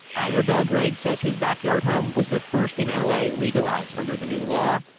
ira belgrade said his backyard home was the first in ah la legalized under the new law,